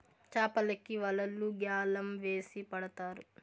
చాపలకి వలలు గ్యాలం వేసి పడతారు